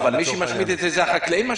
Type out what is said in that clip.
אבל מי שמשמיד זה החקלאים.